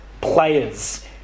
players